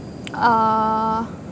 uh